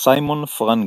סיימון פרנגלן.